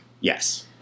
Yes